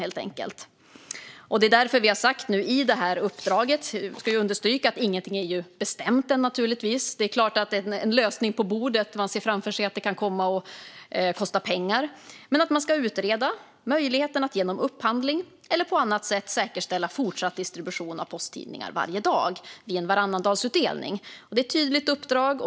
Det är därför vi nu har sagt i det här uppdraget - jag ska understryka att ingenting naturligtvis är bestämt än; en lösning man ser framför sig är att det kan komma att kosta pengar - att man ska utreda möjligheten att genom upphandling eller på annat sätt säkerställa fortsatt distribution av posttidningen varje dag vid en varannandagsutdelning. Det är ett tydligt uppdrag.